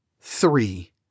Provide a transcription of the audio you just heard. Three